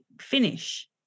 finish